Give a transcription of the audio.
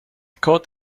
caught